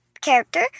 character